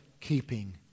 keeping